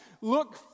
Look